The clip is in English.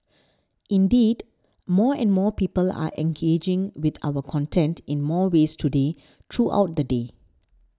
indeed more and more people are engaging with our content in more ways today throughout the day